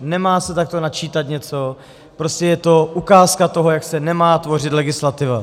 Nemá se takto načítat něco, prostě je to ukázka toho, jak se nemá tvořit legislativa.